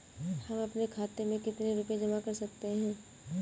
हम अपने खाते में कितनी रूपए जमा कर सकते हैं?